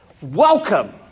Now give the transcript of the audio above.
Welcome